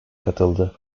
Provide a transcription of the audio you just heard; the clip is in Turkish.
katıldı